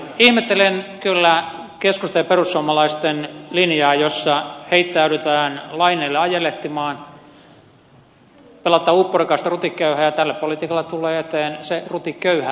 ja ihmettelen kyllä keskustan ja perussuomalaisten linjaa jossa heittäydytään laineille ajelehtimaan pelataan upporikastarutiköyhää ja tällä politiikalla tulee eteen se rutiköyhä vaihtoehto